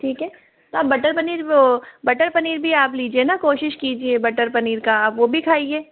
ठीक है आप बटर पनीर वो बटर पनीर भी आप लीजिए ना कोशिश कीजिए बटर पनीर का वो भी खाइए